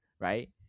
Right